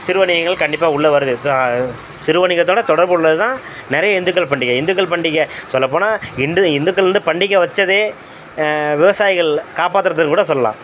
சிறு வணிகங்கள் கண்டிப்பாக உள்ள வருது தான் சிறு வணிகத்தோட தொடர்பு உள்ளது தான் நிறைய இந்துக்கள் பண்டிகை இந்துக்கள் பண்டிகை சொல்லப் போனால் இண்டு இந்துக்கள் வந்து பண்டிகை வச்சதே விவசாயிகள் காப்பாற்றுறதுக்குன்னு கூட சொல்லலாம்